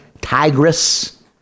Tigris